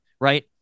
right